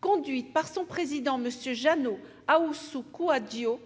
conduite par son président, M. Jeannot Ahoussou-Kouadio.